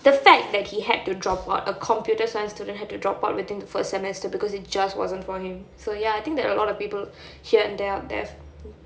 the fact that he had to drop out a computer science student had to drop out within the first semester because it just wasn't for him so I think that a lot of people here and there out there